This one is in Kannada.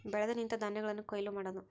ಬೆಳೆದು ನಿಂತ ಧಾನ್ಯಗಳನ್ನ ಕೊಯ್ಲ ಮಾಡುದು